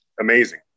amazing